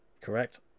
Correct